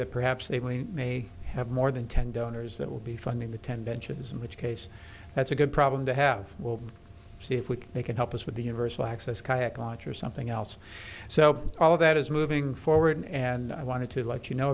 that perhaps they we may have more than ten donors that will be funding the tendentious which case that's a good problem to have we'll see if we can they can help us with the universal access kayak launch or something else so all that is moving forward and i wanted to let you know